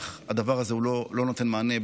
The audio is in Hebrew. אך הדבר הזה לא נותן מענה,